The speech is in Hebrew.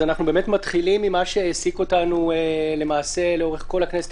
אנחנו מתחילים ממה שהעסיק אותנו למעשה לאורך כל הכנסת